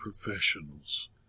professionals